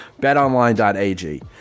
betonline.ag